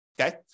okay